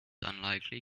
unlikely